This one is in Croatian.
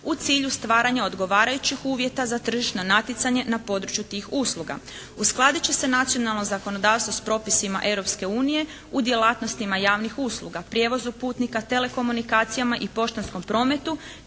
u cilju stvaranja odgovarajućih uvjeta za tržišno natjecanje na području tih usluga. Uskladit će se nacionalno zakonodavstvo s propisima Europske unije u djelatnostima javnih usluga, prijevozu putnika, telekomunikacijama i poštanskom prometu